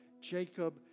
Jacob